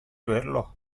verlo